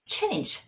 change